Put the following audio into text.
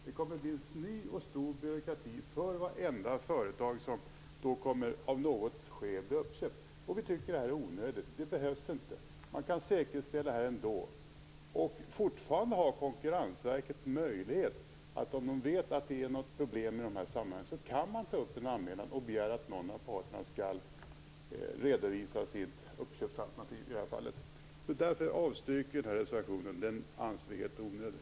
Det kommer att bli en ny och stor byråkrati för vartenda företag som av något skäl kommer att bli uppköpt. Vi tycker att det är onödigt. Det behövs inte. Man kan säkerställa det hela ändå. Fortfarande har Konkurrensverket möjlighet, om man vet att det är något problem i sammanhanget, att ta upp en anmälan och begära att någon av parterna skall redovisa sitt uppköpsalternativ. Därför avstyrker vi reservationen, den anser vi är helt onödig.